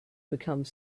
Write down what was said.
become